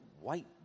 white